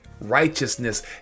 Righteousness